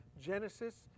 Genesis